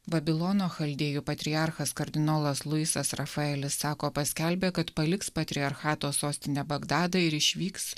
babilono chaldėjų patriarchas kardinolas luisas rafaelis sako paskelbė kad paliks patriarchato sostinę bagdadą ir išvyks